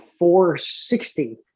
460